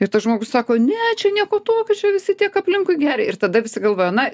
ir tas žmogus sako ne čia nieko tokio čia visi tiek aplinkui geria ir tada visi galvoja na